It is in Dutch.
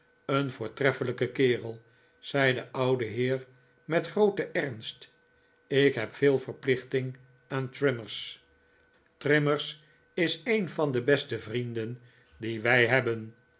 een voortreffelijke kerel zei de oude heer met grooten ernst ik heb veel verplichting aan trimmers trimmers is een van de beste vrienden die de gebroeders cheeryble wij nebbem